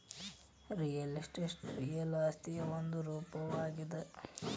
real estate real ಆಸ್ತಿಯ ಒಂದು ರೂಪವಾಗ್ಯಾದ